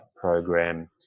program